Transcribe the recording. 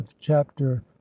chapter